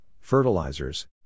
fertilizers